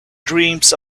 dreams